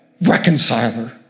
Reconciler